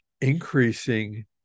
increasing